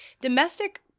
domestic